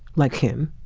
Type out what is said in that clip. like him.